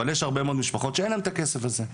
אבל יש הרבה מאוד משפחות שאין להן את הכסף הזה.